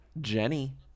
Jenny